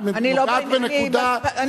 את נוגעת בנקודה,